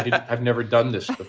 ah you know i've never done this.